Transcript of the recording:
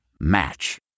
Match